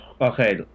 okay